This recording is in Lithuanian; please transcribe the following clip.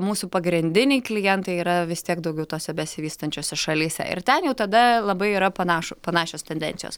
mūsų pagrindiniai klientai yra vis tiek daugiau tose besivystančiose šalyse ir ten jau tada labai yra panašų panašios tendencijos